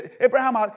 Abraham